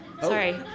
Sorry